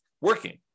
working